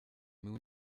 moon